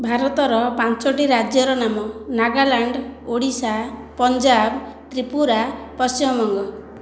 ଭାରତର ପାଞ୍ଚୋଟି ରାଜ୍ୟର ନାମ ନାଗାଲାଣ୍ଡ ଓଡ଼ିଶା ପଞ୍ଜାବ ତ୍ରିପୁରା ପଶ୍ଚିମବଙ୍ଗ